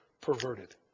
perverted